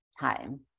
time